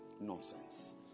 Nonsense